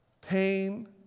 pain